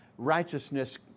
Righteousness